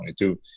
2022